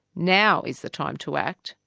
now is the time to act,